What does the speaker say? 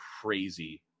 crazy